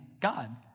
God